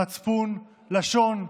מצפון, לשון,